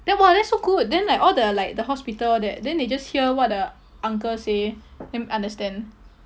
then !wah! that's so good then like all the like the hospital all that then they just hear what the uncle say then understand